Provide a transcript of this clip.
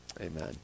amen